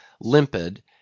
limpid